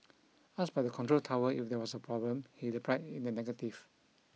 asked by the control tower if there was a problem he replied in the negative